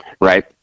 right